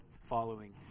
following